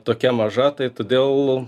tokia maža tai todėl